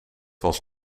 was